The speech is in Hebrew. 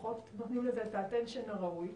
פחות נותנים לזה את תשומת הלב הראויה.